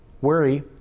Worry